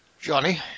Johnny